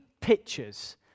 pictures